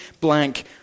blank